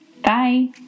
Bye